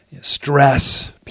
stress